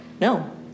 no